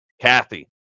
Kathy